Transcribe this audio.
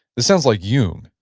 this sounds like jung,